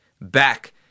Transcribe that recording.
back